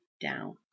down